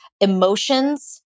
emotions